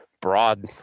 broad